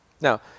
Now